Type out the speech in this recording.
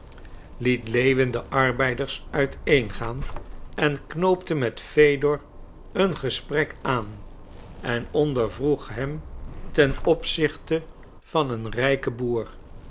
liet lewin de arbeiders uiteengaan en knoopte met fedor een gesprek aan en ondervroeg hem ten opzichte van een rijken boer